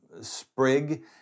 sprig